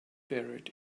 buried